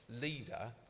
leader